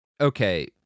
okay